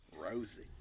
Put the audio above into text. Rosie